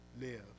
live